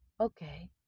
Okay